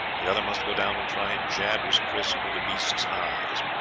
the other must go down and try and jab his kris into the beast's eyes.